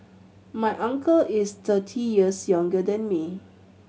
my uncle is thirty years younger than me